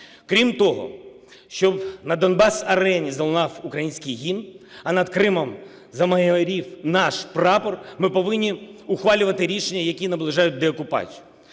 Крім того, щоб на "Донбас Арені" залунав український гімн, а над Кримом замайорів наш прапор, ми повинні ухвалювати рішення, які наближають деокупацію.